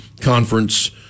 conference